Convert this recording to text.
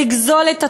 ולגזול את התודעה,